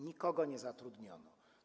Nikogo nie zatrudniono.